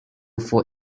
for